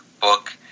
book